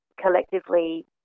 collectively